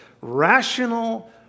rational